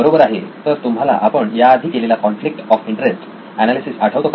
बरोबर आहे तर तुम्हाला आपण याआधी केलेला कॉन्फ्लिक्ट ऑफ इंटरेस्ट एनालिसिस आठवतो का